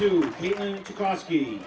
to be